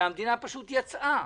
שהמדינה פשוט יצאה